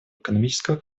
экономического